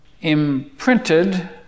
imprinted